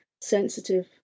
sensitive